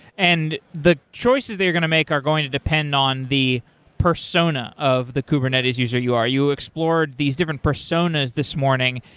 and the choices they are going to make are going to depend on the persona of the kubernetes user you are. you explored these different personas this morning.